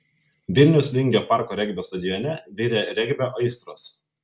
vilniaus vingio parko regbio stadione virė regbio aistros